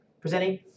presenting